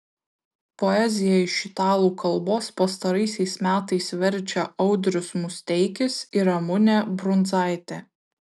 poeziją iš italų kalbos pastaraisiais metais verčia audrius musteikis ir ramunė brundzaitė